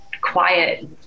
quiet